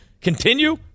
continue